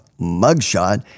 mugshot